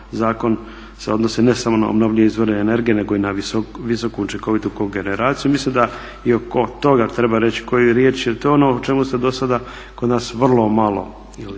zakon se odnosi ne samo na obnovljive izvore energije nego i na visoku učinkovitu kogeneraciju. Mislim da i oko toga treba reći koju riječ jer to je ono o čemu se dosada kod nas vrlo malo